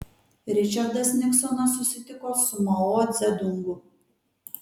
ričardas niksonas susitiko su mao dzedungu